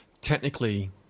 technically